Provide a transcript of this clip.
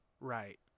Right